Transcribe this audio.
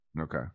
Okay